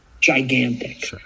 gigantic